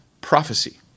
prophecy